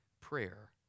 prayer